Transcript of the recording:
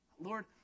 Lord